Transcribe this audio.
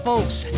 folks